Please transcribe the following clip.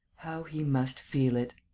how he must feel it!